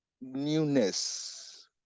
newness